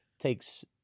takes